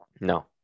No